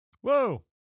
Whoa